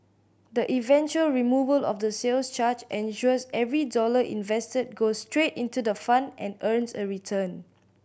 the eventual removal of the sales charge ensures every dollar invested goes straight into the fund and earns a return